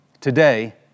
Today